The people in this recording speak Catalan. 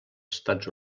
estats